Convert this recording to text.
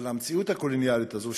אבל המציאות הקולוניאלית הזו,